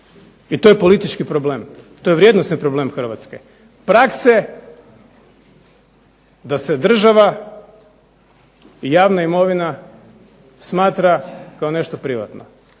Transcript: I to je politički problem. To je vrijednosni problem Hrvatske. Prakse da se država i javna imovina smatra kao nešto privatno.